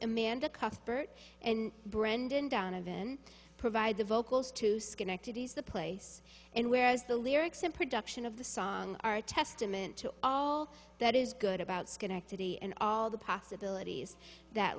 amanda cuthbert and brendan donovan provide the vocals to schenectady the place and where is the lyrics and production of the song are a testament to all that is good about schenectady and all the possibilities that